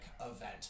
event